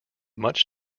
much